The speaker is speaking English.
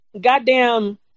Goddamn